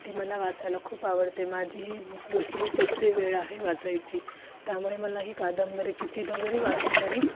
ती मला वाचायला खूप आवडते माझी ही दुसरी तिसरी वेळ आहे वाचायची त्यामुळे मला ही कादंबरी कितीदा जरी वाचले तरी